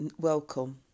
Welcome